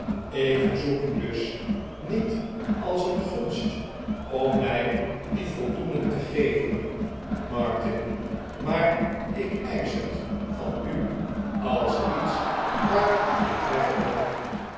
ik verzoek u dus niet als een gunst om mij die voldoening te geven martin maar ik eisch het van u als iets waar ik recht op heb